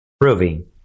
proving